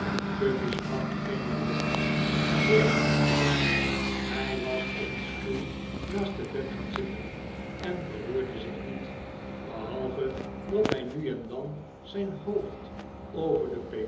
chuffey sprak geen woord en hoorde geen woord hij was op een stoel naast het bed gaan zitten en verroerde zich niet behalve dat hij nu en dan zijn hoofd over de